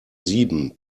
sieben